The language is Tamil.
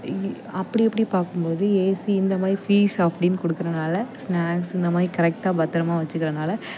அப்படி எப்படி பார்க்கும்போது ஏசி இந்தமாதிரி ஃபீஸ் அப்படின்னு குடுக்கறதுனால ஸ்னாக்ஸ் இந்தமாதிரி கரெக்டாக பத்திரமா வெச்சிக்கிறதுனால